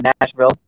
Nashville